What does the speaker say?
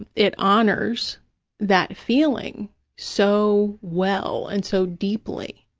and it honors that feeling so well and so deeply,